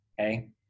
Okay